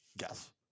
Yes